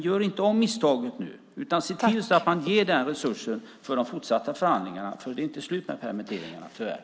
Gör inte om misstaget utan se till att den resursen ges för de fortsatta förhandlingarna. Det är inte slut med permitteringarna, tyvärr.